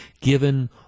given